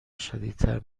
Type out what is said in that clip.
شدیدتر